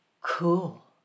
cool